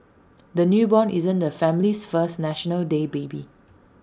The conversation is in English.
the newborn isn't the family's first National Day baby